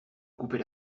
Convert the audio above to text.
couper